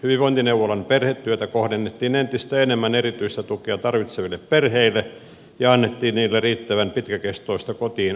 hyvinvointineuvolan perhetyötä kohdennettiin entistä enemmän erityistä tukea tarvitseville perheille ja annettiin niille riittävän pitkäkestoista kotiin osoitettua apua